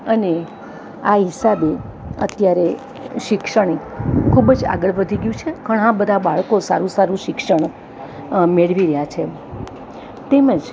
અને આ હિસાબે અત્યારે શિક્ષણિક ખૂબ જ આગળ વધી ગયું છે ઘણાં બધાં બાળકો સારું સારું શિક્ષણ મેળવી રહ્યાં છે તેમજ